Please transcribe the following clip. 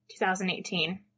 2018